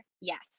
Yes